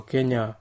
Kenya